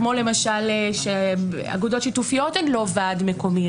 כמו למשל שאגודות שיתופיות הן לא ועד מקומי,